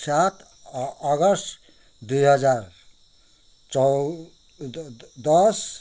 सात अ अगस्त दुई हजार चौ दस